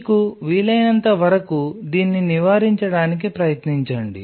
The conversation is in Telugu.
మీకు వీలైనంత వరకు దీన్ని నివారించడానికి ప్రయత్నించండి